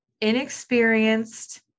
inexperienced